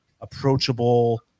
approachable